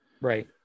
Right